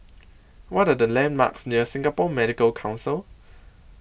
What Are The landmarks near Singapore Medical Council